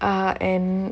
uh and